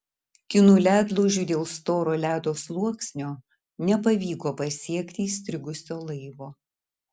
kinų ledlaužiui dėl storo ledo sluoksnio nepavyko pasiekti įstrigusio laivo